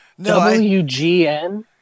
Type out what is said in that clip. WGN